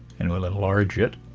and we'll enlarge it